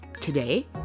Today